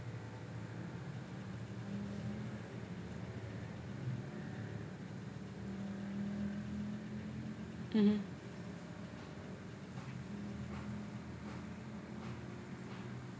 mmhmm